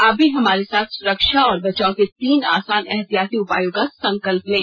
आप भी हमारे साथ सुरक्षा और बचाव के तीन आसान एहतियाती उपायों का संकल्प लें